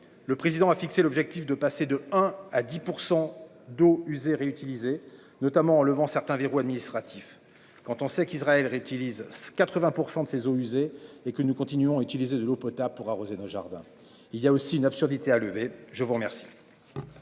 Le président a fixé l'objectif de passer de un à 10% d'eaux usées réutiliser notamment le vent certains verrous administratifs. Quand on sait qu'Israël réutilise 80% de ses eaux usées et que nous continuons à utiliser de l'eau potable pour arroser le jardin, il y a aussi une absurdité a levé je vous remercie.